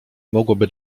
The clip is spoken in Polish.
mogłoby